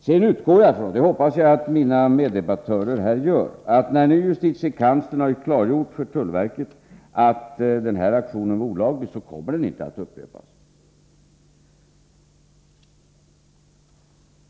Jag utgår ifrån — och jag hoppas att mina meddebattörer gör det också — att när nu justitiekanslern har klargjort för tullverket att denna aktion var olaglig, så kommer den inte att upprepas.